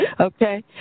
Okay